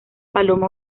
paloma